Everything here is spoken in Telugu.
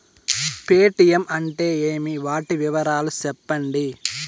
పేటీయం అంటే ఏమి, వాటి వివరాలు సెప్పండి?